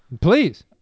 Please